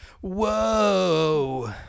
Whoa